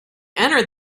entered